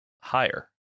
higher